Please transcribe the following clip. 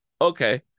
okay